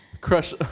Crush